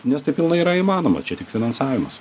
nes tai pilnai yra įmanoma čia tik finansavimas